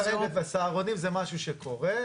זה כרגע, וסהרונים זה משהו שקורה.